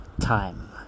time